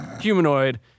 humanoid